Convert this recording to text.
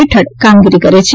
હેઠળ કામગીરી કરે છે